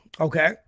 okay